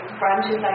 branches